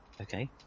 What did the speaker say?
Okay